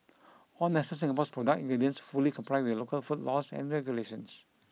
all Nestle Singapore's product ingredients fully comply with local food laws and regulations